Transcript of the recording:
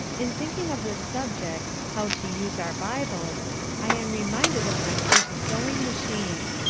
in thinking of this subject how to use our bibles i am reminded of my first sewing machine.